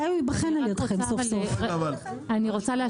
מתי הוא ייבחן על ידכם סוף-סוף?